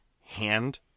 hand